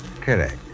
Correct